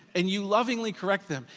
and you lovingly correct them,